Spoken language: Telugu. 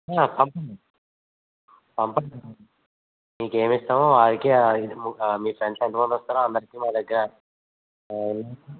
పంపండి పంపండి మీకేమిష్టమో వాళ్ళకి మీ ఫ్రెండ్స్ ఎంతమంది వస్తారో అందరికి మా దగ్గర